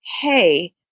hey